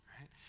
right